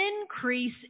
increase